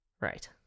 Right